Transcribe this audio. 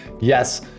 Yes